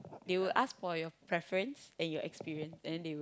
they would ask for your preference and your experience then they would